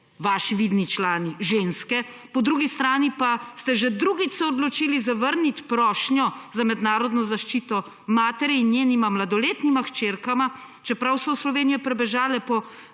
vaši vidni člani, ženske, po drugi strani ste se pa že drugič odločili zavrniti prošnjo za mednarodno zaščito matere in njenih dveh mladoletnih hčerk, čeprav so v Slovenijo pribežale po